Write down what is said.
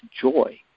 joy